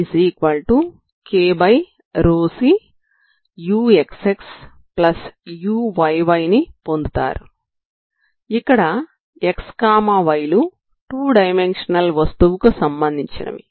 మీరు utkρcuxxuyy ని పొందుతారు ఇక్కడ x y లు టూ డైమెన్షనల్ వస్తువుకు సంబంధించినవి